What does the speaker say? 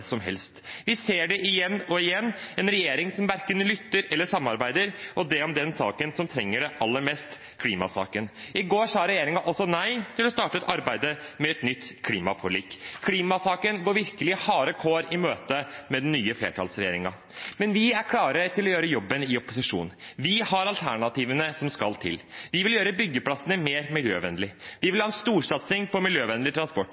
som helst. Vi ser det igjen og igjen – en regjering som verken lytter eller samarbeider, og det om den saken som trenger det aller mest, klimasaken. I går sa regjeringen også nei til å starte et arbeid med et nytt klimaforlik. Klimasaken går virkelig harde kår i møte med den nye flertallsregjeringen. Men vi er klare til å gjøre jobben i opposisjon. Vi har alternativene som skal til. Vi vil gjøre byggeplassene mer miljøvennlige. Vi vil ha en storsatsing på miljøvennlig transport,